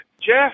Jeff